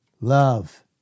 love